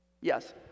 yes